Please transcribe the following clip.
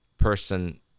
person